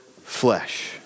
flesh